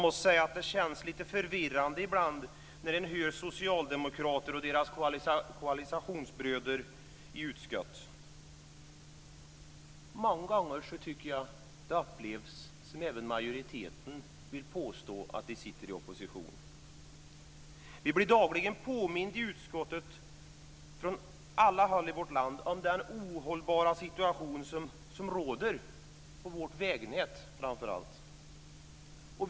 Det känns lite förvirrande när man hör socialdemokrater och deras koalitionsbröder i utskottet. Många gånger upplever jag att även majoriteten vill påstå att de sitter i opposition. Vi blir dagligen påminda i utskottet från alla håll i vårt land om den ohållbara situation som råder i framför allt vägnätet.